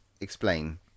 explain